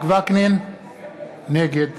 נגד